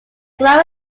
club